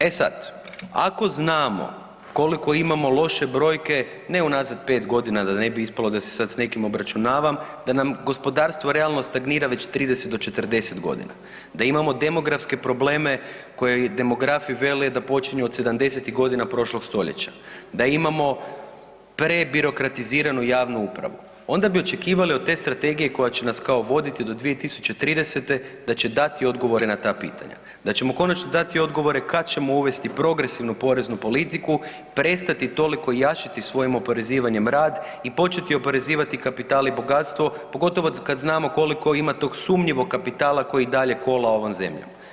E sada, ako znamo koliko imamo loše brojke ne u nazad 5 godina, da ne bi ispalo da se sada s nekim obračunavam, da nam gospodarstvo realno stagnira već 30 do 40 godina, da imamo demografske probleme za koje demografi vele da počinju od 70-tih godina prošlog stoljeća, da imamo prebirokratiziranu javnu upravu onda bi očekivali od te Strategije koja će nas kao voditi do 2030. da će dati odgovore na ta pitanja, da ćemo konačno dati odgovore kada ćemo uvesti progresivnu poreznu politiku, prestati toliko jašiti svojim oporezivanjem rad i početi oporezivati kapital i bogatstvo pogotovo kada znamo koliko ima tog sumnjivog kapitala koji dalje kola ovom zemljom.